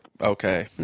okay